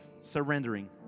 surrendering